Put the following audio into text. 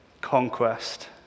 conquest